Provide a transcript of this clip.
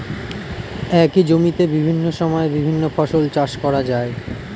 একই জমিতে বিভিন্ন সময়ে বিভিন্ন ফসল চাষ করা যায়